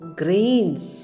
grains